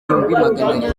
maganarindwi